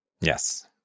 Yes